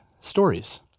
stories